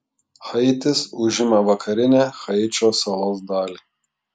haitis užima vakarinę haičio salos dalį